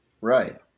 right